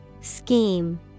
Scheme